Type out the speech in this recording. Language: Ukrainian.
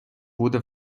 буде